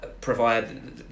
provide